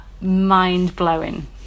mind-blowing